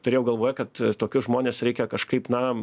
turėjau galvoje kad tokius žmones reikia kažkaip na